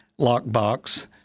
lockbox